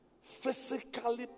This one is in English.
physically